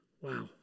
wow